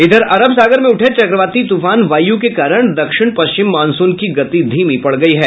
इधर अरब सागर में उठे चक्रवाती तूफान वायु के कारण दक्षिण पश्चिम मॉनसून की गति धीमी पड़ गयी है